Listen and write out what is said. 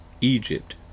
Egypt